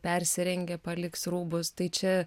persirengė paliks rūbus tai čia